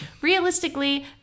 realistically